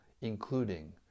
including